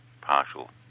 partial